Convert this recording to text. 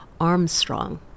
Armstrong